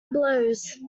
blows